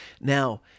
now